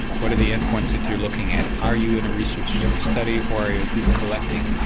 what are the end points that you're looking at, are you in a research study or are you at least collecting?